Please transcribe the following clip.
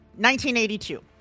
1982